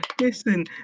Listen